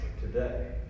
today